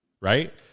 right